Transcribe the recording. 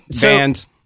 Banned